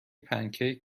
پنکیک